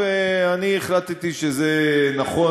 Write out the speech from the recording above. ואני החלטתי שזה נכון,